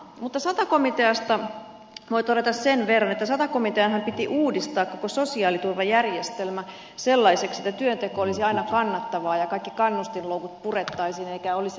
mutta sata komiteasta voi todeta sen verran että sata komiteanhan piti uudistaa koko sosiaaliturvajärjestelmä sellaiseksi että työnteko olisi aina kannattavaa kaikki kannustinloukut purettaisiin eikä väliinputoajia olisi